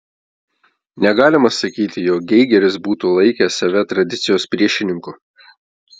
negalima sakyti jog geigeris būtų laikęs save tradicijos priešininku